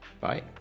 bye